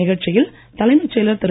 நிகழ்ச்சியில் தலைமைச் செயலர் திரு